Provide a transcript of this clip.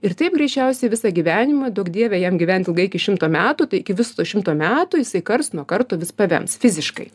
ir taip greičiausiai visą gyvenimą duok dieve jam gyvent ilgai iki šimto metų tai iki viso šimto metų jisai karts nuo karto vis pavems fiziškai